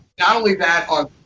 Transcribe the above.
not only that